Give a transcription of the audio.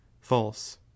false